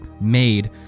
made